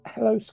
Hello